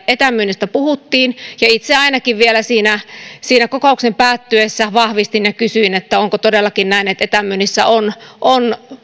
etämyynnistä puhuttiin ja ainakin itse vielä siinä siinä kokouksen päättyessä vahvistin ja kysyin onko todellakin näin että etämyynnissä on on